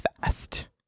fast